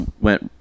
went